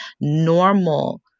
normal